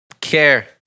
care